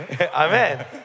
Amen